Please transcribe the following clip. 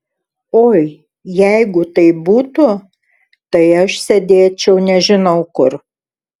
oi jeigu taip būtų tai aš sėdėčiau nežinau kur